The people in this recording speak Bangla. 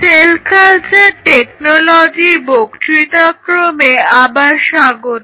সেল কালচার টেকনোলজির বক্তৃতাক্রমে আবার স্বাগত